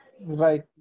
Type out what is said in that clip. Right